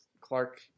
Clark